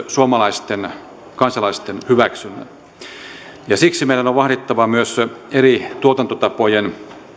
suomalaisten kansalaisten hyväksynnän siksi meidän on vahdittava myös eri tuotantotapojen